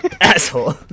Asshole